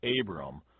Abram